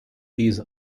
these